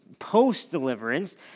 post-deliverance